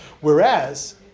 Whereas